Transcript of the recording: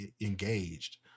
engaged